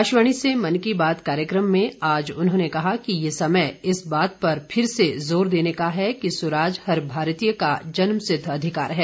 आकाशवाणी से मन की बात कार्यक्रम में आज उन्होंने कहा कि यह समय इस बात पर फिर से जोर देने का है कि सुराज हर भारतीय का जन्मसिद्ध अधिकार है